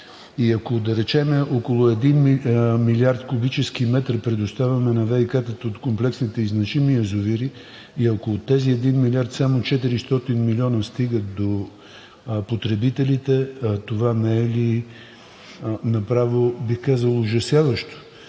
и ако, да речем, около 1 млрд. куб. м. предоставяме на ВиК-ата в комплексните и значими язовири и ако от тези 1 млрд. куб. метра само 400 милиона стигат до потребителите, това не е ли направо бих казал ужасяващо?